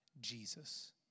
Jesus